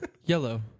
yellow